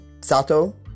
Sato